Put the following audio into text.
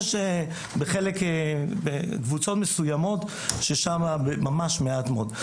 יש בחלק קבוצות מסויימות ששם ממש מעט מאוד.